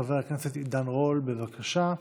חבר הכנסת עידן רול, בבקשה.